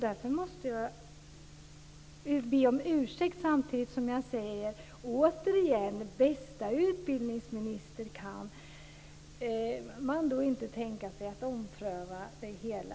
Jag ber om ursäkt, samtidigt som jag återigen säger: Bästa utbildningsminister! Kan man inte tänka sig att ompröva det hela?